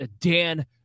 Dan